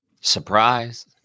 surprise